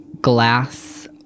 glass